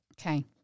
Okay